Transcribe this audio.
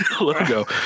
logo